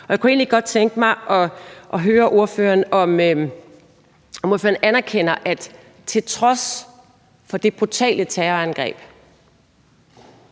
Jeg kunne egentlig godt tænke mig at høre ordføreren, om ordføreren anerkender, at til trods for det brutale terrorangreb